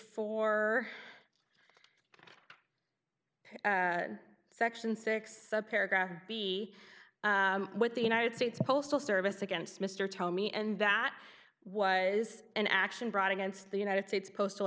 four section six the paragraph b what the united states postal service against mr tommy and that was an action brought against the united states postal